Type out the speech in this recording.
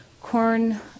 corn